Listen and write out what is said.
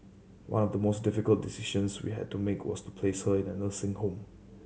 one of the most difficult decisions we had to make was to place her in a nursing home